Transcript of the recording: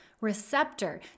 receptor